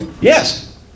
Yes